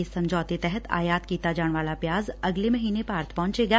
ਇਸ ਸਮਝੌਤੇ ਤਹਿਤ ਆਯਾਤ ਕੀਤਾ ਜਾਣ ਵਾਲਾ ਪਿਆਜ਼ ਅਗਲੇ ਮਹੀਨੇ ਭਾਰਤ ਪਹੁੰਚੇਗਾ